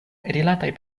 rilataj